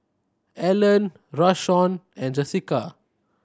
Allan Rashawn and Jesica